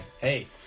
hey